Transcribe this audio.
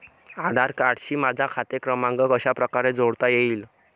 आधार कार्डशी माझा खाते क्रमांक कशाप्रकारे जोडता येईल?